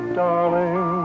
darling